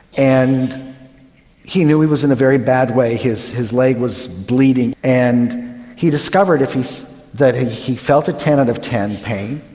and he knew he was in a very bad way, his his leg was bleeding. and he discovered that he he felt a ten out of ten pain,